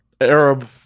Arab